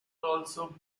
also